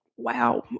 wow